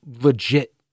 legit